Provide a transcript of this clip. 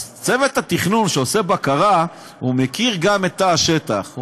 אז צוות התכנון שעושה בקרה מכיר גם את תא השטח,